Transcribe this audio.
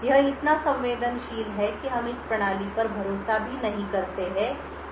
यह इतना संवेदनशील है कि हम इस प्रणाली पर भरोसा भी नहीं करते हैं कि यह चल रहा है